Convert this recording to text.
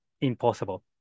impossible